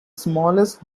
smallest